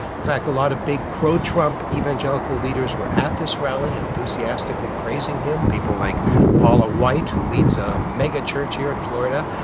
in fact, a lot of big pro-trump evangelical leaders were at this rally, enthusiastically praising him people like paula white, who leads a megachurch here in florida,